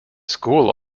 school